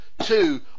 two